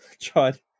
try